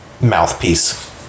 mouthpiece